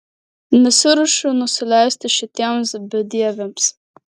nesiruošiu nusileisti šitiems bedieviams